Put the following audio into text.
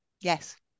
Yes